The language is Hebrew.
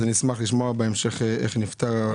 אני אשמח לשמוע בהמשך איך נפתרו.